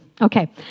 Okay